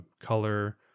color